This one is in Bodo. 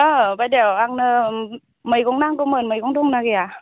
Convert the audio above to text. अ बाइदेव आंनो मैगं नांगौमोन मैगं दंना गैया